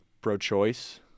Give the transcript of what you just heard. pro-choice